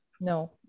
no